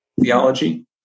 theology